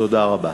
תודה רבה.